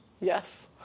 Yes